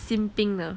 心病呢